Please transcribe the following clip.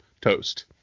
toast